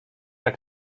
jak